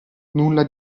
nulla